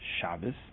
Shabbos